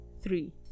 three